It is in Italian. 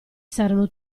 saranno